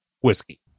whiskey